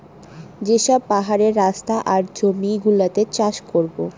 যে সব পাহাড়ের রাস্তা আর জমি গুলোতে চাষ করাবো